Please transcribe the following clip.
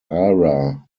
ara